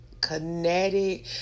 kinetic